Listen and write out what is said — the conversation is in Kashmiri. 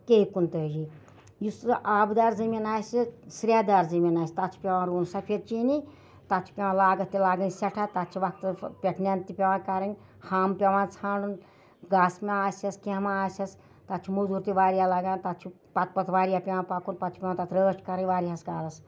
کے کُنتٲجی یُس سُہ آبہٕ دار زٔمیٖن آسہِ سریہ دار زٔمیٖن آسہِ تَتھ چھِ پیٚوان رُوُن سفید چیٖنی تَتھ چھِ پیٚوان لاگَتھ تہِ لاگٕنۍ سٮ۪ٹھاہ تَتھ چھِ وقتہٕ پٮ۪ٹھ نٮ۪نٛدٕ تہِ پیٚوان کَرٕنۍ ہامہٕ پیٚوان ژھانڑُن گاسہٕ ما آسیٚس کینٛہہ ما آسیٚس تَتھ چھُ مٔزوٗر تہِ واریاہ لگان تَتھ چھُ پَتہٕ پَتہٕ واریاہ پیٚوان پَکُن پَتہٕ چھِ پیٚوان تَتھ رٲچھ کَرٕنۍ وایاہَس کالَس